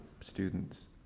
students